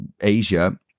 Asia